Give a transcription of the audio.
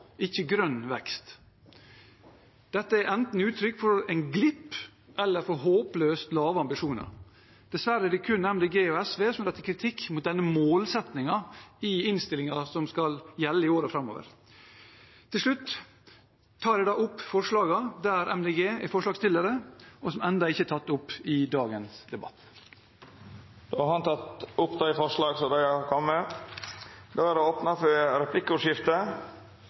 ikke grønn – vekst. Dette er uttrykk for enten en glipp eller for håpløst lave ambisjoner. Dessverre er det kun MDG og SV som i innstillingen retter kritikk mot denne målsettingen, som skal gjelde i årene framover. Til slutt tar jeg opp forslagene fra Miljøpartiet De Grønne. Representanten Per Espen Stoknes har teke opp dei forslaga han refererte til. Regjeringen har